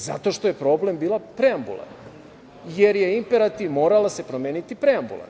Zato što je problem bila preambula, jer je imperativ da se morala promeniti preambula.